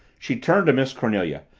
she turned to miss cornelia.